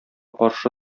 каршы